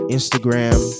Instagram